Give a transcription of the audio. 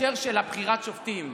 בהקשר של בחירת שופטים.